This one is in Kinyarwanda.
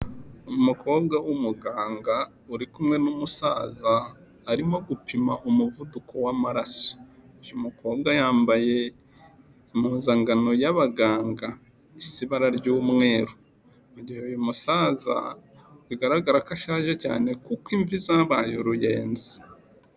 Umukobwa w'umuganga, uri kumwe n'umusaza arimo gupima umuvuduko w'amaraso, uy'umukobwa yambaye impuzangano y'abaganga isa ibara ry'umweru, mu gihe uyu musaza bigaragara ko ashaje cyane kuko imvi zabaye uruyenzi.